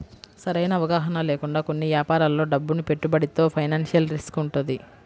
సరైన అవగాహన లేకుండా కొన్ని యాపారాల్లో డబ్బును పెట్టుబడితో ఫైనాన్షియల్ రిస్క్ వుంటది